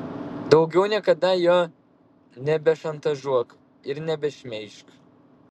daugiau niekada jo nebešantažuok ir nebešmeižk